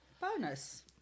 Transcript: Bonus